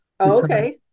Okay